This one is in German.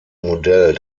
modell